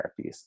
therapies